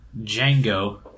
Django